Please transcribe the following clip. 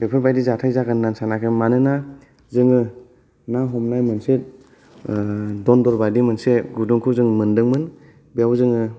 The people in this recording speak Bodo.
बेफोरबायदि जाथाय जागोन होननानै सानाखैमोन मानोना जोङो ना हमनाय मोनसे दन्दर बायदि मोनसे गुदुंखौ मोन्दोंमोन बेव जोङो